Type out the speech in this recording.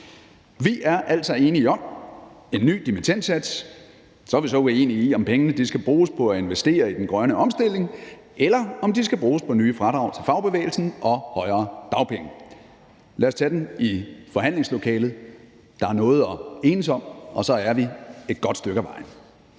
Vi er altså enige om en ny dimittendsats. Så er vi så uenige om, om pengene skal bruges på at investere i den grønne omstilling, eller om de skal bruges på nye fradrag til fagbevægelsen og højere dagpenge. Lad os tage den i forhandlingslokalet. Der er noget at enes om, og så er vi et godt stykke ad vejen.